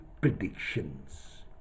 predictions